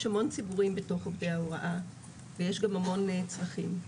יש המון ציבורים בתוך עובדי ההוראה ויש גם המון צרכים.